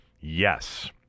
yes